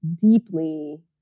deeply